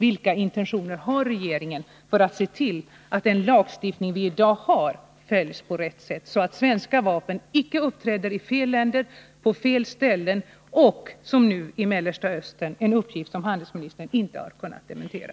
Vilka intentioner har regeringen när det gäller att se till att den lagstiftning som vi i dag har följs på rätt sätt, så att svenska vapen icke uppträder i fel länder, på fel ställen och som nu i Mellersta Östern — en uppgift som handelsministern inte har kunnat dementera?